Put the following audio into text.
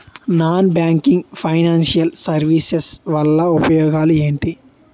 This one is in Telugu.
నాన్ బ్యాంకింగ్ ఫైనాన్షియల్ సర్వీసెస్ వల్ల ఉపయోగాలు ఎంటి?